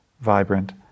vibrant